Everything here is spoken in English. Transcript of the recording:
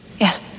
Yes